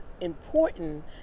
important